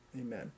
Amen